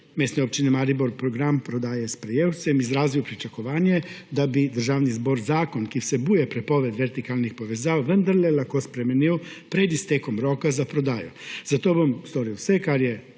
Mestne občine Maribor program prodaje sprejel, sem izrazil pričakovanje, da bi Državni zbor zakon, ki vsebuje prepoved vertikalnih povezav, vendarle lahko spremenil pred iztekom roka za prodajo. Zato bom storil vse, kar je